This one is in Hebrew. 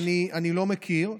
אז אני לא מכיר.